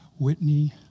Whitney